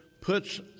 puts